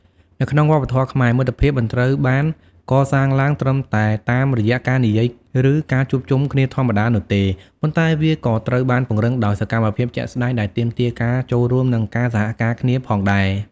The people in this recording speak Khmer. នៅក្នុងវប្បធម៌ខ្មែរ មិត្តភាពមិនត្រូវបានកសាងឡើងត្រឹមតែតាមរយៈការនិយាយឬការជួបជុំគ្នាធម្មតានោះទេ ប៉ុន្តែវាក៏ត្រូវបានពង្រឹងដោយសកម្មភាពជាក់ស្តែងដែលទាមទារការចូលរួមនិងការសហការគ្នាផងដែរ។